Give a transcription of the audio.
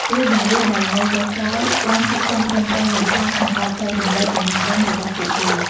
គ្រូបង្រៀនដែលនៅសេសសល់បានខិតខំប្រឹងប្រែងយ៉ាងខ្លាំងក្នុងការចែករំលែកចំណេះដឹងរបស់ពួកគេ។